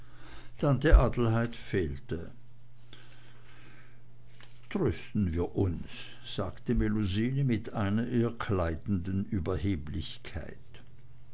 tante adelheid fehlte trösten wir uns sagte melusine mit einer ihr kleidenden überheblichkeit